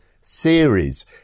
series